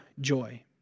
joy